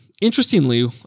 interestingly